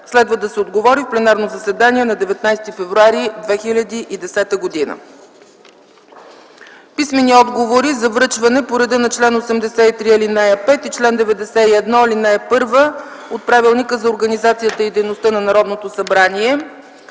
Следва да се отговори в пленарното заседание на 19 февруари 2010 г. Писмени отговори за връчване по реда на чл. 83, ал. 5 и чл. 91, ал. 1 от Правилника за организацията и дейността на Народното събрание: